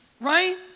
right